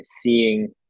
seeing